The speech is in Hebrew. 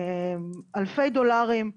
אלפי דולרים,